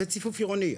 זה ציפוף עירוני.